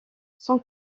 son